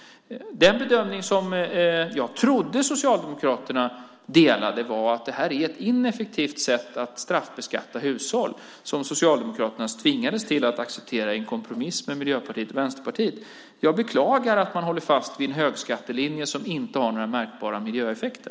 Den bedömning som jag trodde att Socialdemokraterna delade var att det här är ett ineffektivt sätt att straffbeskatta hushåll som Socialdemokraterna tvingades till i en kompromiss med Miljöpartiet och Vänsterpartiet. Jag beklagar att man håller fast vid en högskattelinje som inte har några märkbara miljöeffekter.